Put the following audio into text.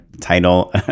title